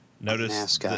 Notice